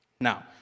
Now